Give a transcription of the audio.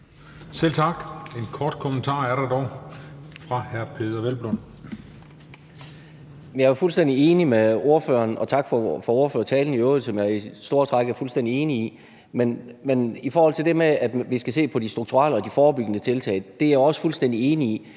Selv tak. Der er dog en kort bemærkning fra hr. Peder Hvelplund. Kl. 17:18 Peder Hvelplund (EL): Tak for ordførertalen, som jeg i store træk er fuldstændig enig i. Men i forhold til det med, at vi skal se på de strukturelle og de forebyggende tiltag: Det er jeg også fuldstændig enig i,